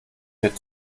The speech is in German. wird